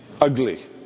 ugly